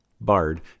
BARD